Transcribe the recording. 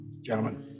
gentlemen